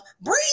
breathe